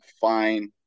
Fine